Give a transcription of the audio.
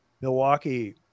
Milwaukee